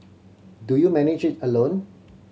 do you manage it alone